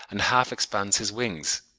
and half expands his wings.